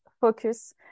focus